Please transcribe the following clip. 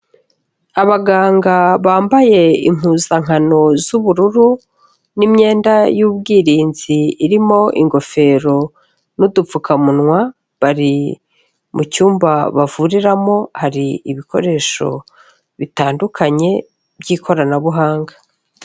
Abaganga bambaye impuzankano z'ubururu n'imyenda y'ubwirinzi irimo ingofero n'udupfukamunwa. Bari mu cyumba bavuriramo hari ibikoresho bitandukanye by'ikoranabuhanga.